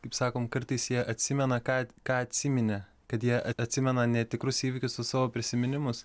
kaip sakome kartais jie atsimena kad ką atsiminė kad jie atsimena netikrus įvykius su savo prisiminimus